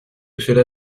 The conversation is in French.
cela